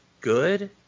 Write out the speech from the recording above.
good